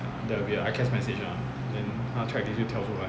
there will be a I_C_A_S message lah then 他的 checklist 就跳出来